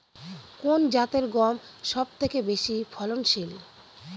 কোন জাতের গম সবথেকে বেশি ফলনশীল?